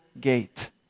gate